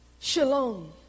Shalom